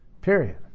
Period